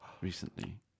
recently